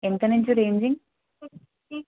ఎంత నుంచి రేంజి